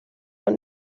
von